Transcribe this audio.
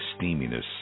steaminess